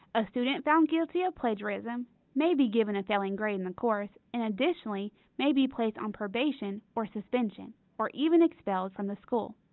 a student found guilty of plagiarism may be given a failing grade in the course and additionally may be placed on probation or suspension, or even expelled from the school.